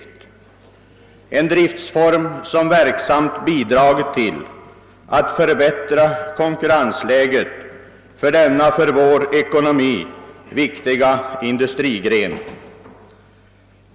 Det är en driftform som verksamt bidragit till att förbättra konkurrensläget för denna för vår ekonomi viktiga industrigren.